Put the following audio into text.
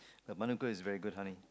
but Manuka is very good honey